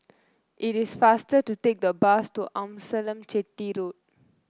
it is faster to take the bus to Amasalam Chetty Road